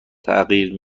تغییر